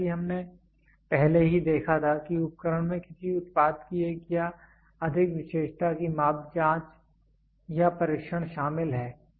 जैसा कि हमने पहले ही देखा था कि उपकरण में किसी उत्पाद की एक या अधिक विशेषता की माप जांच या परीक्षण शामिल है